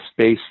space